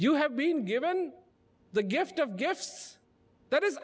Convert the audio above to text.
you have been given the gift of gifts that is